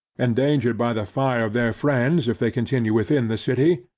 endangered by the fire of their friends if they continue within the city,